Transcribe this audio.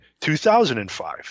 2005